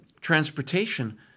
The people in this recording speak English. Transportation